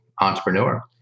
entrepreneur